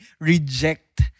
reject